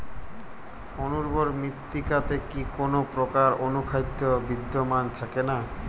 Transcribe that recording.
অনুর্বর মৃত্তিকাতে কি কোনো প্রকার অনুখাদ্য বিদ্যমান থাকে না?